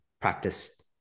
practice